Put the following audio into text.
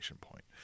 point